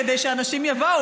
כדי שאנשים יבואו.